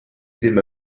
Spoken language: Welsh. ddim